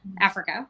Africa